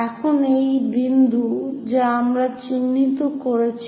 এখন এই বিন্দু যা আমরা চিহ্নিত করছি